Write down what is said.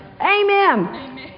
Amen